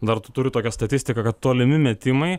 dar tu turi tokią statistiką kad tolimi metimai